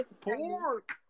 Pork